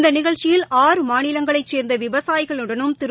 இந்தநிகழ்ச்சியில் மாநிலங்களைசேர்ந்தவிவசாயிகளுடனும் ஆறு திரு